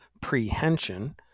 prehension